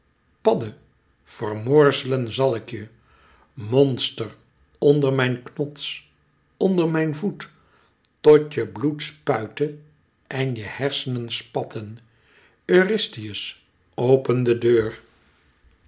padde vermorzelen zal ik je monster onder mijn knots onder mijn voet tot je bloed spuite en je hersenen spatten eurystheus open de deur